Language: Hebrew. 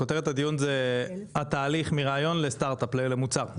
כותרת הדיון זה התהליך מרעיון לסטארט-אפ, למוצר.